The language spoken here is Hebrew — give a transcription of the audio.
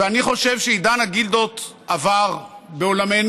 ואני חושב שעידן הגילדות עבר בעולמנו,